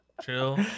chill